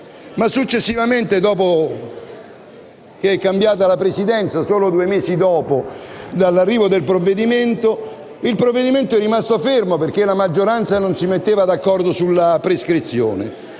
ma successivamente, dopo che è cambiata la Presidenza, solo due mesi dopo dall'arrivo del provvedimento, il provvedimento stesso è rimasto fermo perché la maggioranza non si metteva d'accordo sulla prescrizione.